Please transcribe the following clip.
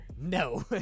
no